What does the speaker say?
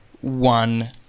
one